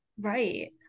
Right